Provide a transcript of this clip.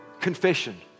confession